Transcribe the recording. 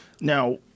Now